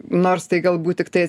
nors tai galbūt tik tai